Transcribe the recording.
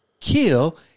Kill